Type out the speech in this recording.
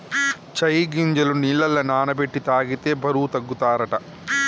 చై గింజలు నీళ్లల నాన బెట్టి తాగితే బరువు తగ్గుతారట